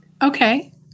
Okay